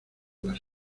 las